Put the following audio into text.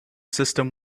system